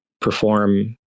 Perform